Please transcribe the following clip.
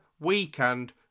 weekend